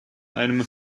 einem